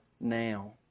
now